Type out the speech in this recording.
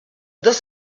dos